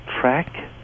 track